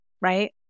right